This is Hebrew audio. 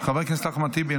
חבר הכנסת אחמד טיבי,